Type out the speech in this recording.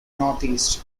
northeast